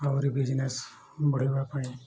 ଆହୁରି ବିଜନେସ୍ ବଢ଼ାଇବା ପାଇଁ